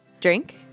Drink